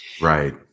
Right